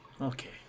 Okay